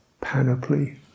panoply